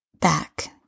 back